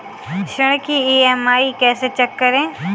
ऋण की ई.एम.आई कैसे चेक करें?